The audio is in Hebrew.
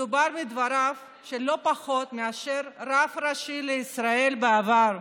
מדובר בדבריו של לא פחות מאשר הרב הראשי לישראל לשעבר,